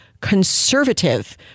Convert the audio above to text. conservative